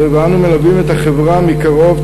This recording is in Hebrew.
ואנו מלווים את החברה מקרוב,